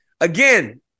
again